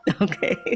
Okay